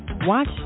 Watch